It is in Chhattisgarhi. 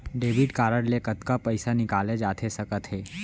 डेबिट कारड ले कतका पइसा निकाले जाथे सकत हे?